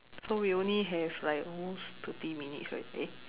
so we only have like almost thirty minutes right eh